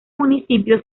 municipio